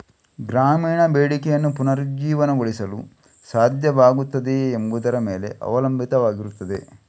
ಗ್ರಾಮೀಣ ಬೇಡಿಕೆಯನ್ನು ಪುನರುಜ್ಜೀವನಗೊಳಿಸಲು ಸಾಧ್ಯವಾಗುತ್ತದೆಯೇ ಎಂಬುದರ ಮೇಲೆ ಅವಲಂಬಿತವಾಗಿರುತ್ತದೆ